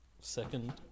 second